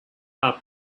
are